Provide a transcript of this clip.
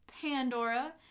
Pandora